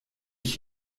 ich